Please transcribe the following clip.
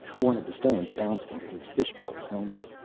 one of the stones bounced into his fishbowl helmet.